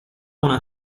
una